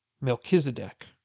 Melchizedek